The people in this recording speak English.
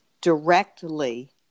directly